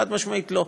חד-משמעית: לא.